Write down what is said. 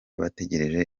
bategereje